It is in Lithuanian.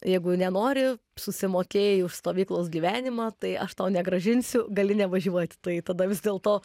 jeigu nenori susimokėjai už stovyklos gyvenimą tai aš tau negrąžinsiu gali nevažiuoti tai tada vis dėlto